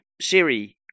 Siri